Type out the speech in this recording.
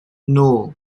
nul